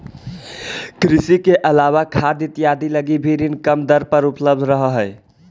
कृषि के अलावा खाद इत्यादि लगी भी ऋण कम दर पर उपलब्ध रहऽ हइ